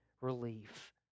relief